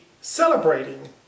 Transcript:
celebrating